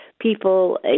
people